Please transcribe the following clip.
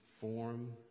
form